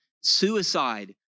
suicide